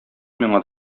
миңа